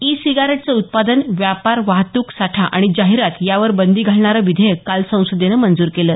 E सिगारेटचं उत्पादन व्यापार वाहतूक साठा आणि जाहिरात यावर बंदी घालणारं विधेयक काल संसदेनं मंजूर केलं